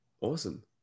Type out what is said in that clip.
awesome